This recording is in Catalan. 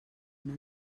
una